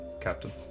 Captain